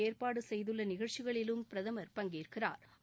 ஏற்பாடு செய்துள்ள நிகழ்ச்சிகளிலும் பிரதமா் பங்கேற்கிறாா்